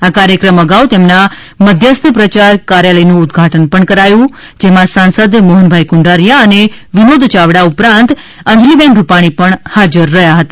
આ કાર્યક્રમ અગાઉ તેમના મધ્યસ્થ પ્રચાર કાર્યાલયનું ઉદ્વાટન પણ કરાયું હતું જેમાં સાંસદ મોહનભાઇ કુંદરિયા અને વિનોદ ચાવડા ઉપરાંત અંજલિબેન રૂપાણી પણ હાજર રહ્યા હતા